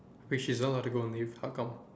wait she's not allowed to go on leave how come